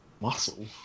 Muscle